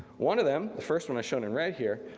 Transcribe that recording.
one of them, the first one i showed and right here,